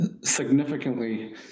significantly